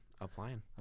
applying